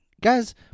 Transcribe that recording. Guys